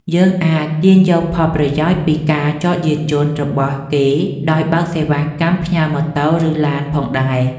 យើងអាចទាញយកផលប្រយោជន៍ពីការចតយានយន្តរបស់គេដោយបើកសេវាកម្មផ្ញើម៉ូតូឬឡានផងដែរ។